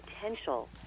potential